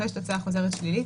אחרי תוצאה חוזרת שלילית,